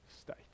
state